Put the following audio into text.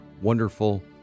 wonderful